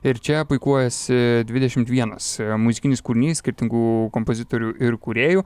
ir čia puikuojasi dvidešimt vienas muzikinis kūrinys skirtingų kompozitorių ir kūrėjų